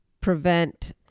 prevent